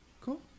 cool